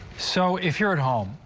so if you're at home,